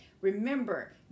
Remember